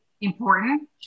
important